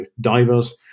divers